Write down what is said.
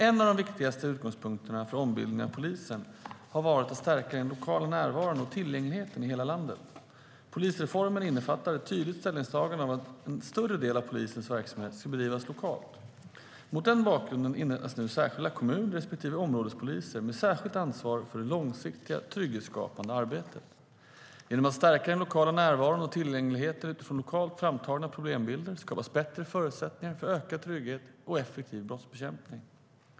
En av de viktigaste utgångspunkterna för ombildningen av polisen har varit att stärka den lokala närvaron och tillgängligheten i hela landet. Polisreformen innefattar ett tydligt ställningstagande att en större del av polisens verksamhet ska bedrivas lokalt. Mot den bakgrunden inrättas nu särskilda kommun respektive områdespoliser med särskilt ansvar för det långsiktiga trygghetsskapande arbetet. Genom att stärka den lokala närvaron och tillgängligheten utifrån lokalt framtagna problembilder skapas bättre förutsättningar för ökad trygghet och effektiv brottsbekämpning.